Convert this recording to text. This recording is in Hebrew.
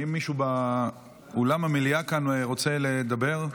האם מישהו באולם המליאה רוצה לדבר?